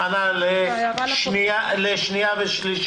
כל החוק אושר כהכנה לקריאה שנייה ושלישית.